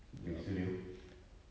big studio